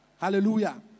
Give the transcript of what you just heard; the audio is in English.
hallelujah